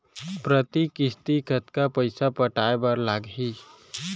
प्रति किस्ती कतका पइसा पटाये बर लागही?